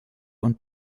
und